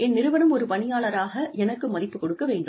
என் நிறுவனம் ஒரு பணியாளராக எனக்கு மதிப்பு கொடுக்க வேண்டும்